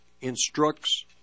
instructs